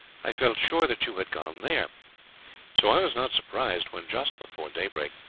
i felt sure that you had gone there so i was not surprised when, just before daybreak,